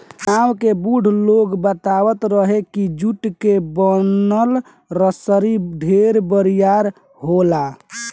गांव के बुढ़ लोग बतावत रहे की जुट के बनल रसरी ढेर बरियार होला